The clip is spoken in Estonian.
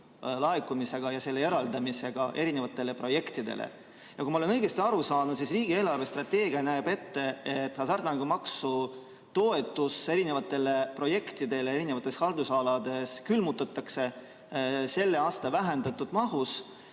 laekumisega ja selle eraldamisega erinevatele projektidele. Kui ma olen õigesti aru saanud, siis riigi eelarvestrateegia näeb ette, et hasartmängumaksu toetus erinevatele projektidele eri haldusalades külmutatakse selle aasta vähendatud mahus